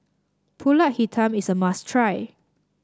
pulut hitam is a must try